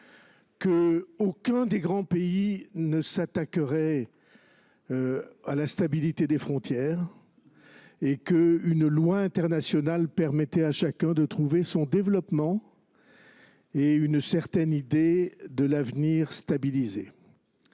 qu’aucun des grands pays ne s’attaquerait à la stabilité des frontières et qu’une loi internationale permettrait à chacun de poursuivre son développement, dans la perspective d’un avenir stabilisé.